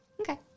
Okay